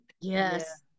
Yes